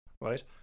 right